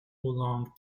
oolong